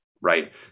right